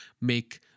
make